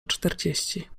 czterdzieści